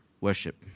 worship